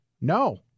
No